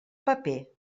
paper